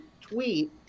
tweet